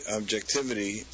objectivity